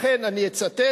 לכן אני אצטט,